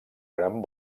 gran